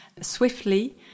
swiftly